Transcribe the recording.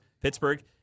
Pittsburgh